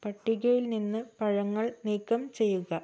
പട്ടികയിൽ നിന്ന് പഴങ്ങൾ നീക്കം ചെയ്യുക